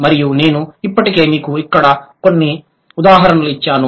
మరియు నేను ఇప్పటికే మీకు ఇక్కడ కొన్ని ఉదాహరణలు ఇచ్చాను